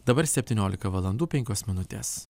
dabar septyniolika valandų penkios minutes